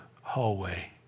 hallway